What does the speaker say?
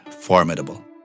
formidable